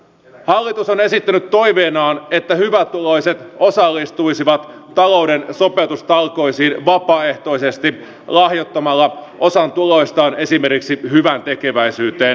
hallitus on esittänyt toiveenaan että hyvätuloiset osallistuisivat talouden sopeutustalkoisiin vapaaehtoisesti lahjoittamalla osan tuloistaan esimerkiksi hyväntekeväisyyteen